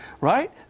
right